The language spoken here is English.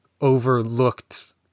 overlooked